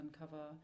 uncover